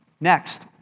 Next